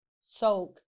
soak